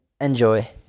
Enjoy